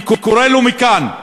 אני קורא לו מכאן: